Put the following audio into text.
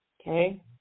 Okay